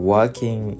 Working